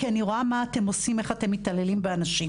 כי אני רואה מה אתם עושים איך אתם מתעללים באנשים.